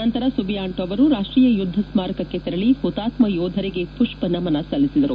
ನಂತರ ಸುಬಿಯಾಂಟೊ ಅವರು ರಾಷ್ವೀಯ ಯುದ್ದ ಸ್ನಾರಕಕ್ಕೆ ತೆರಳಿ ಹುತಾತ್ನ ಯೋಧರಿಗೆ ಪುಪ್ಪ ನಮನ ಸಲ್ಲಿಸಿದರು